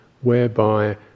whereby